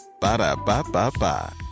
Ba-da-ba-ba-ba